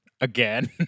again